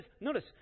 notice